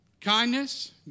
Kindness